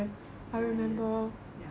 ya ya ya ya ya